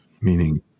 meaning